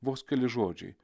vos keli žodžiai